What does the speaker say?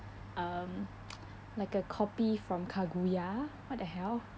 um like a copy from kaguya what the hell